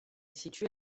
située